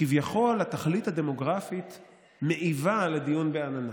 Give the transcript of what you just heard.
כביכול התכלית הדמוגרפית מעיבה על הדיון בעננה,